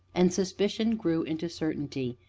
and suspicion grew into certainty,